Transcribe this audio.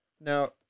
Now